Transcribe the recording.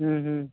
हम्म हम्म